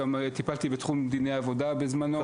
גם טיפלתי בתחום דיני עבודה בזמנו,